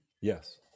Yes